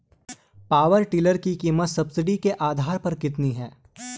Power tiller की कीमत subsidy के आधार पर कितनी है?